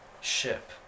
ship